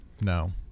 No